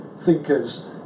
thinkers